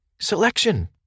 Selection